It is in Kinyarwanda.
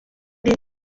nabo